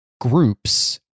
groups